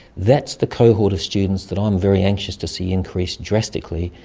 that's the cohort of students that i'm very anxious to see increase drastically,